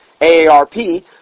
AARP